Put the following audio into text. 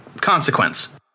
consequence